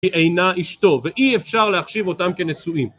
כי אינה אשתו, ואי אפשר להחשיב אותם כנשואים.